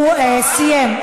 הוא סיים.